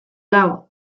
lau